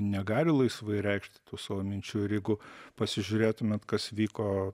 negali laisvai reikšti tų savo minčių ir jeigu pasižiūrėtumėt kas vyko